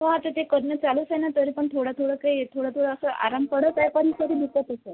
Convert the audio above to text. हो आता ते करणं चालूच आहे ना तरी पण थोडा थोडा काही थोडा थोडा असा आराम पडत आहे पण तरी दुखतच आहे